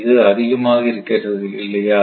இது அதிகமாக இருக்கிறது இல்லையா